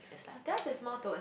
no theirs is more towards